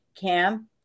Cam